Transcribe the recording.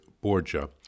Borgia